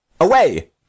Away